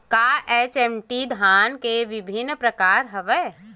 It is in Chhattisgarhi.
का एच.एम.टी धान के विभिन्र प्रकार हवय?